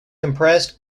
compressed